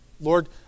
Lord